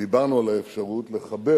דיברנו על האפשרות לחבר